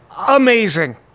Amazing